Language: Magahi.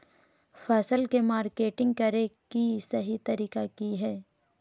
फसल के मार्केटिंग करें कि सही तरीका की हय?